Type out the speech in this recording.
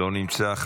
לא נמצא.